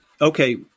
okay